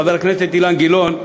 חבר הכנסת אילן גילאון,